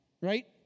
Right